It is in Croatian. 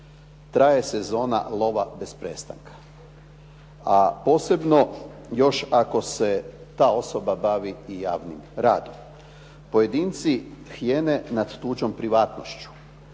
traje sezona lova bez prestanka. A posebno još ako se ta osoba bavi i javnim radom. Pojedinci … /Govornik